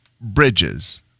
Bridges